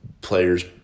players